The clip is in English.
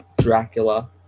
Dracula